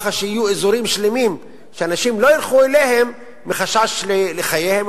שיהיו אזורים שלמים שאנשים לא ילכו אליהם מחשש לחייהם,